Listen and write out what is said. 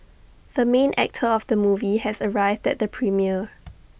the main actor of the movie has arrived at the premiere